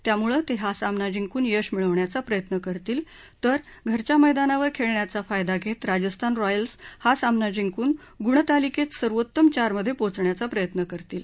त्यामुळे ते हा सामना जिंकून यश मिळवण्याचा प्रयत्न करतील तर घरच्या मैदानावर खेळण्याचा फायदा घेत राजस्थान रॉयल्स हा सामना जिंकून गुणतालिकेत सर्वोत्तम चारमधे पोचण्याचा प्रयत्न करतील